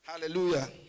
Hallelujah